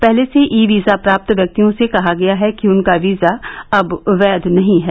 पहले से e visa प्राप्त व्यक्तियों से कहा गया है कि उनका वीजा अब वैध नहीं है